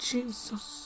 Jesus